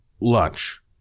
lunch